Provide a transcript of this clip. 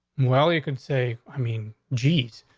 well, you can say i mean, jeez,